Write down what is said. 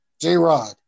J-Rod